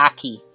Aki